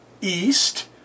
east